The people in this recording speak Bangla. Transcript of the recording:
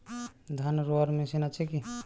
ধান রোয়ার মেশিন আছে কি?